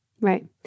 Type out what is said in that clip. Right